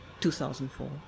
2004